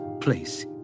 place